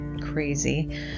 crazy